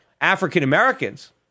African-Americans